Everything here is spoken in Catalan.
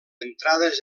entrades